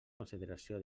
consideració